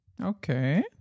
Okay